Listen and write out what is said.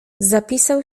zapisał